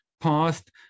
past